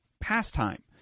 pastime